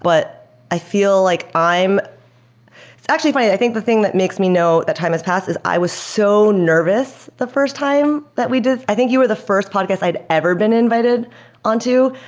but i feel like i'm it's actually funny. i think the thing that makes me know that time has passed is i was so nervous the first time that we did. i think you were the first podcast i'd ever been invited on to.